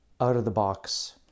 out-of-the-box